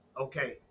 Okay